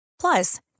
Plus